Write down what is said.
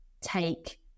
take